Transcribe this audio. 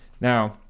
Now